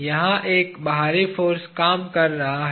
यहां एक बाहरी फाॅर्स काम कर रहा है